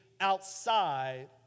outside